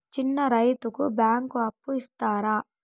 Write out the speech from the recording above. చిన్న రైతుకు బ్యాంకు అప్పు ఇస్తారా?